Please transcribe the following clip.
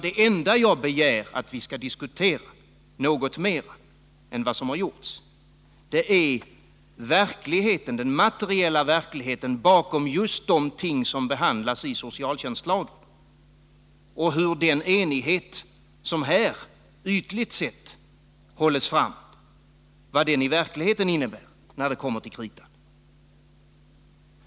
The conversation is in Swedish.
Det enda jag begär att vi skall diskutera något mera än vad som har gjorts är den materiella verkligheten bakom just de ting som behandlas i socialtjänstlagen och vad den enighet som här ytligt sett hålls fram i verkligheten innebär när det kommer till kritan.